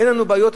אין לנו בעיות,